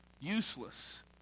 useless